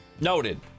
Noted